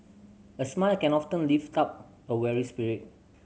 a smile can often lift up a weary spirit